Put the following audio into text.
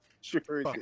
Sure